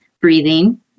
breathing